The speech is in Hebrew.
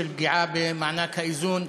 של פגיעה במענק האיזון,